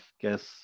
guess